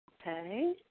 Okay